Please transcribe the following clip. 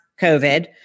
COVID